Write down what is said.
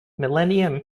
millennium